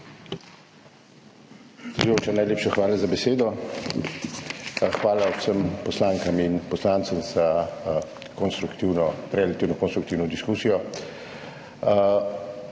Predsedujoča, najlepša hvala za besedo. Hvala vsem poslankam in poslancem za relativno konstruktivno diskusijo.